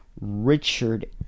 Richard